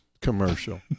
commercial